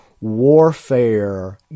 warfare